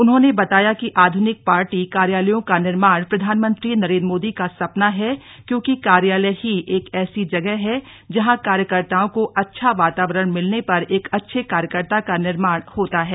उन्होंने बताया कि आध्रनिक पार्टी कार्यालयों का निर्माण प्रधानमंत्री नरेन्द्र मोदी का सपना है क्योंकि कार्यालय ही एक ऐसी जगह है जहां कार्यकर्ताओं को अच्छा वातावरण मिलने पर एक अच्छे कार्यकर्ता का निर्माण होता है